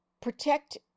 protect